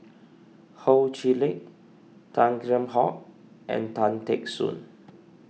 Ho Chee Lick Tan Kheam Hock and Tan Teck Soon